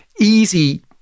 easy